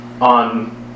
on